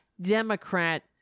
Democrat